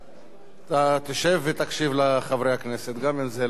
אתה תשב ותקשיב לחברי הכנסת, גם אם זה לא נעים לך.